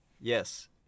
Yes